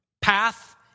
path